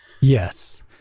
Yes